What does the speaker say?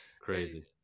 crazy